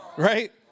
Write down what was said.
right